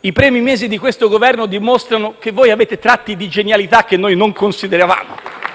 i primi mesi di questo Governo dimostrano che voi avete tratti di genialità che non consideravamo